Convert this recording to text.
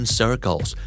circles